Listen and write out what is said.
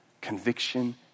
conviction